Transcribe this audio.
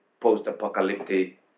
post-apocalyptic